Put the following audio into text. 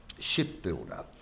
shipbuilder